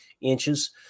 inches